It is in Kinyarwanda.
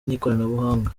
n’ikoranabuhanga